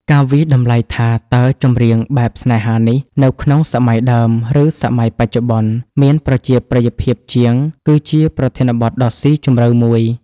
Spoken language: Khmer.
ការវាយតម្លៃថា តើចម្រៀង បែបស្នេហានេះ នៅក្នុង សម័យដើម ឬសម័យបច្ចុប្បន្ន មានប្រជាប្រិយភាពជាង គឺជាប្រធានបទដ៏ស៊ីជម្រៅមួយ